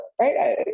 right